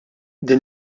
din